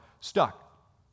stuck